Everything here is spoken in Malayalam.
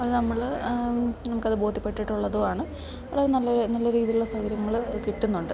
അത് നമ്മൾ നമുക്കത് ബോധ്യപ്പെട്ടിട്ടുള്ളതും ആണ് അതു നല്ല നല്ല രീതിയിലുള്ള സൗകര്യങ്ങൾ കിട്ടുന്നുണ്ട്